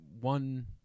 one